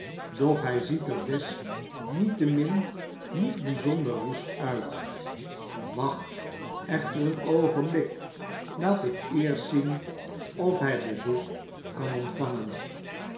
doch hij ziet er desniettemin niet bijzonder woest uit wacht echter een oogenblik laat ik eerst zien of hij bezoek kan ontvangen